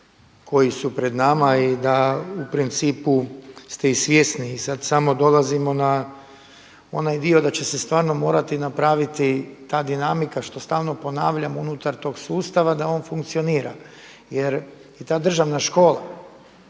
koji su pred nama i da u principu ste i svjesni i sad samo dolazimo na onaj dio da će se stvarno morati napraviti ta dinamika što stalo ponavljam unutar tog sustava da on funkcionira. Jer i ta državna škola